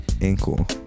ankle